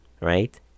Right